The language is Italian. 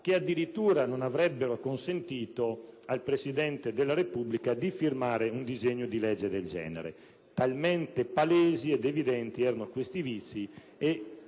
che addirittura non avrebbero consentito al Presidente della Repubblica di promulgare una legge del genere, talmente palesi ed evidenti erano questi vizi,